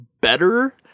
better